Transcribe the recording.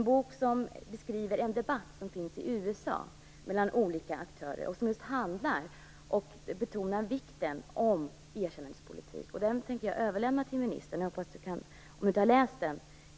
Boken beskriver en debatt som pågår i USA mellan olika aktörer och betonar just vikten av erkännandets politik. Denna bok tänker jag överlämna till ministern, om han inte har läst den.